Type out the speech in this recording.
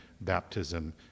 baptism